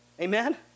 Amen